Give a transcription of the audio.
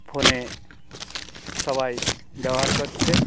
ফোনে সবাই ব্যবহার করছে